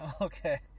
Okay